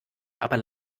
aber